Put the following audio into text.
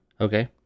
Okay